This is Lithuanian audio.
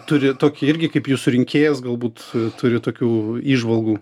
turi tokį irgi kaip jūsų rinkėjas galbūt turi tokių įžvalgų